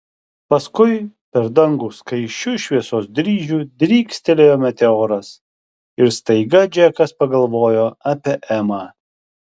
paskui per dangų skaisčiu šviesos dryžiu drykstelėjo meteoras ir staiga džekas pagalvojo apie emą